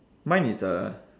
mine is a